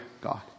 God